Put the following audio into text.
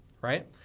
right